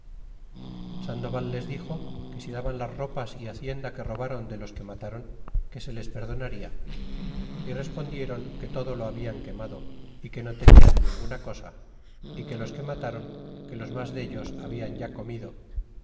sandoval les dixo que si daban las ropas y hacienda que robron de los que matron que se les perdonada y respondieron que todo lo hablan quemado y que no tenian ninguna cosa y que los que matron que los mas dellos hablan ya comido